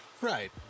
Right